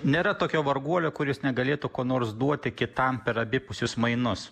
nėra tokio varguolio kuris negalėtų ko nors duoti kitam per abipusius mainus